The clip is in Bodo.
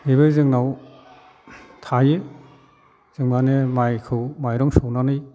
बिबो जोंनाव थायो जों मानि माइखौ माइरं सौनानै